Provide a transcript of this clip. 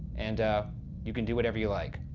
and you can do whatever you like.